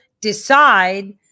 decide